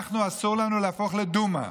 אנחנו, אסור לנו להפוך לדומה.